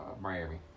Miami